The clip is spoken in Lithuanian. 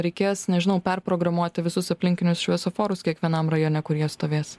reikės nežinau perprogramuoti visus aplinkinius šviesoforus kiekvienam rajone kur jie stovės